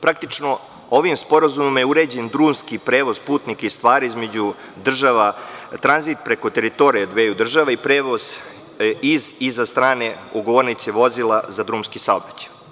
Praktično, ovim sporazumima je uređen drumski prevoz putnika i stvari između država, tranzit preko teritorija dveju država i prevoz iz i za strane ugovornice vozila za drumski saobraćaj.